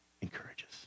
encourages